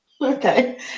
Okay